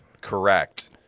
Correct